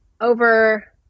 over